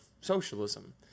socialism